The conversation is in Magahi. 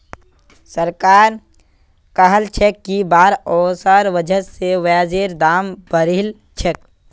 सरकार कहलछेक कि बाढ़ ओसवार वजह स प्याजेर दाम बढ़िलछेक